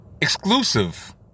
exclusive